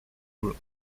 group